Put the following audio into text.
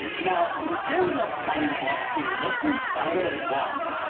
now in terms of unboxing and what's inside of a box.